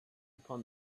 upon